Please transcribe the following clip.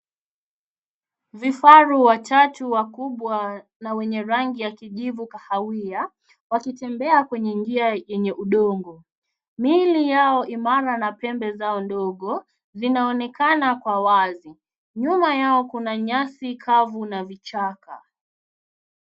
Vifaru watatu wakubwa na wenye rangi ya kijivu kahawia wakitembea kwenye njia yenye udongo. Miili yao imara na pembe zao ndogo zinaonekana kwa wazi. Nyuma yao kuna nyasi kavu na vichaka.